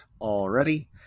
already